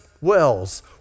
wells